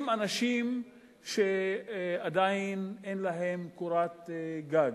אנשים שעדיין אין להם קורת גג,